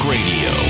Radio